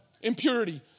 impurity